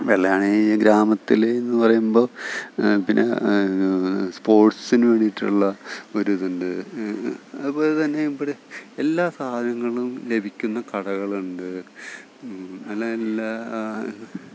വെള്ളായണി ഗ്രാമത്തിൽ എന്ന് പറയുമ്പോൾ പിന്നെ സ്പോർട്സിന് വേണ്ടീട്ടുള്ള ഒരിതുണ്ട് അതുപോലെ തന്നെ ഇവിടെ എല്ലാ സാധനങ്ങളും ലഭിക്കുന്ന കടകളുണ്ട് നല്ല നല്ല